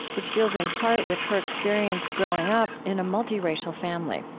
which deals in part with her experience growing up in a multi-racial family.